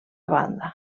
banda